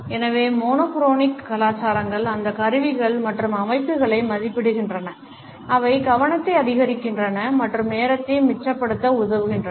எனவே monochronic கலாச்சாரங்கள் அந்த கருவிகள் மற்றும் அமைப்புகளை மதிப்பிடுகின்றன அவை கவனத்தை அதிகரிக்கின்றன மற்றும் நேரத்தை மிச்சப்படுத்த உதவுகின்றன